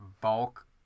bulk